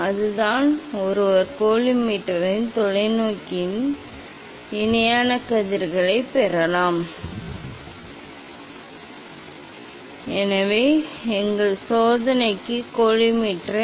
அதுதான் ஒருவர் கோலிமேட்டரிலும் தொலைநோக்கியிலும் இணையான கதிர்களைப் பெறலாம் எங்கள் சோதனைக்கு கோலிமேட்டரிலிருந்தும் மறுபுறத்திலிருந்தும் இணையான கதிர்கள் நமக்குத் தேவை இந்த தொலைநோக்கி படத்தை உருவாக்க வேண்டும்